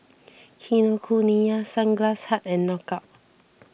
Kinokuniya Sunglass Hut and Knockout